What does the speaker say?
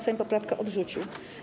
Sejm poprawki odrzucił.